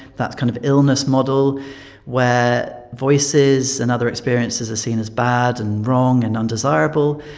that kind of illness model where voices and other experiences are seen as bad and wrong and undesirable.